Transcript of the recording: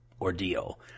ordeal